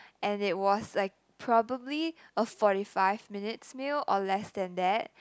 and it was like probably a forty five minutes meal or less than that